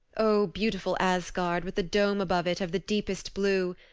o beautiful asgard with the dome above it of the deepest blue!